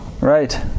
Right